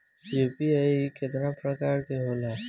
UPI केतना प्रकार के होला?